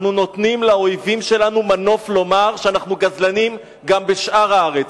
אנחנו נותנים לאויבים שלנו מנוף לומר שאנחנו גזלנים גם בשאר הארץ.